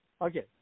Okay